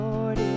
Lord